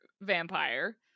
vampire